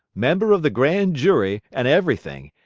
member of the grand jury, and everything,